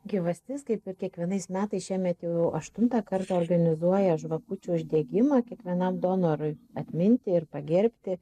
gyvastis kaip ir kiekvienais metais šiemet jau aštuntą kartą organizuoja žvakučių uždegimą kiekvienam donorui atminti ir pagerbti